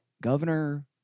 Governor